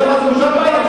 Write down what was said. אתה יודע מה זה בושה בכלל?